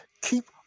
keep